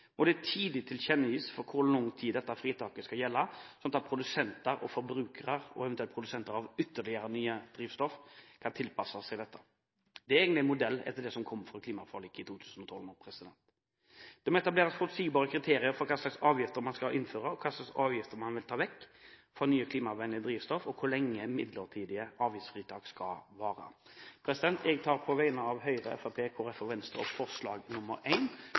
må det tidlig tilkjennegis hvor lang tid dette fritaket skal gjelde, sånn at produsenter og forbrukere – og eventuelle produsenter av ytterligere nye drivstoff – kan tilpasse seg dette. Det er egentlig etter modell fra klimaforliket i 2012. Det må etableres forutsigbare kriterier for hva slags avgifter man skal innføre, hva slags avgifter man vil ta vekk for nye klimavennlige drivstoff, og hvor lenge midlertidige avgiftsfritak skal vare. Jeg tar på vegne av Høyre, Fremskrittspartiet, Kristelig Folkeparti og Venstre opp forslag